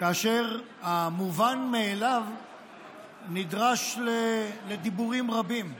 כאשר המובן מאליו נדרש לדיבורים רבים.